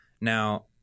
Now